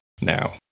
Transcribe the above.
Now